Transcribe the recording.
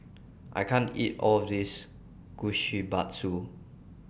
I can't eat All of This Kushikatsu